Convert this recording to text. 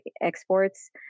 exports